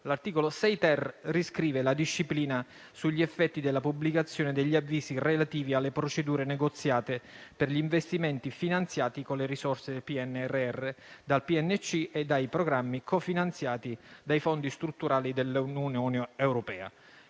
L'articolo 6-*ter* riscrive la disciplina sugli effetti della pubblicazione degli avvisi relativi alle procedure negoziate per gli investimenti finanziati con le risorse previste dal PNRR, dal PNC e dai programmi cofinanziati dai fondi strutturali dell'Unione europea.